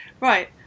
right